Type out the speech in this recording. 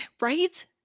Right